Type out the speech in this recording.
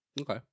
okay